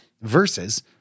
versus